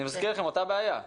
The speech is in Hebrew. אני מזכיר לכם אותה בעיה.